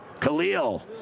Khalil